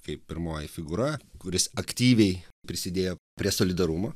kaip pirmoji figūra kuris aktyviai prisidėjo prie solidarumo